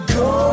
go